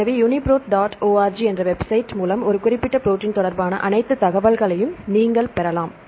எனவே UniProt dot org என்ற website மூலம் ஒரு குறிப்பிட்ட ப்ரோடீன் தொடர்பான அனைத்து தகவல்களையும் நீங்கள் பெறலாம்